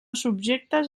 subjectes